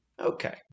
Okay